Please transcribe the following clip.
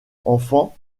enfant